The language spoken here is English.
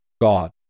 God